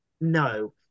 No